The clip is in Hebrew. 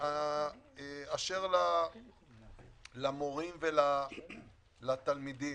אשר למורים ולתלמידים.